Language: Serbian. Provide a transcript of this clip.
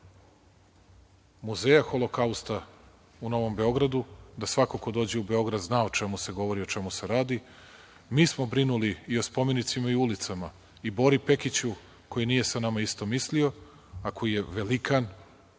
muzeja Holokausta u Novom Beogradu, da svako ko dođe u Beograd zna o čemu se govori i o čemu se radi. Mi smo brinuli i o spomenicima i o ulicama i Bori Pekiću, koji nije sa nama isto mislio, a koji je velikan,